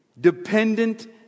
dependent